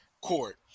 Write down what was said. court